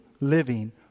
living